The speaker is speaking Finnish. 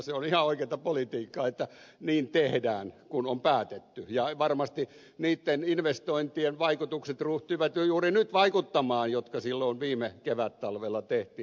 se on ihan oikeata politiikkaa että niin tehdään kuin on päätetty ja varmasti ne investoinnit ryhtyivät juuri nyt vaikuttamaan jotka silloin viime kevättalvella tehtiin